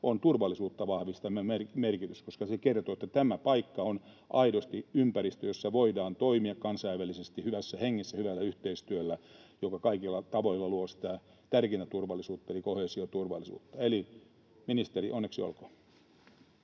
on turvallisuutta vahvistava merkitys, koska se kertoo, että tämä paikka on aidosti ympäristö, jossa voidaan toimia kansainvälisesti hyvässä hengessä, hyvällä yhteistyöllä, joka kaikilla tavoilla luo sitä tärkeintä turvallisuutta eli koheesioturvallisuutta. Eli, ministeri: onneksi olkoon!